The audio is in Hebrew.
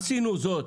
עשינו את זה,